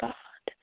God